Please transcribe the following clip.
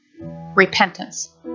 Repentance